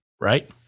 right